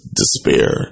despair